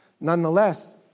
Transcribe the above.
Nonetheless